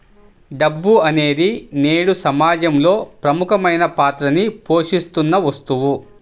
డబ్బు అనేది నేడు సమాజంలో ప్రముఖమైన పాత్రని పోషిత్తున్న వస్తువు